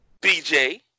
BJ